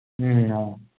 అవును